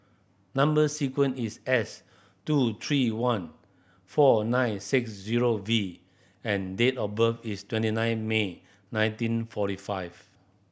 number sequence is S two three one four nine six zero V and date of birth is twenty nine May nineteen forty five